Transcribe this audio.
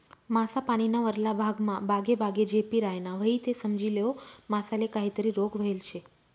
मासा पानीना वरला भागमा बागेबागे झेपी रायना व्हयी ते समजी लेवो मासाले काहीतरी रोग व्हयेल शे